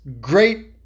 great